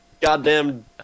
Goddamn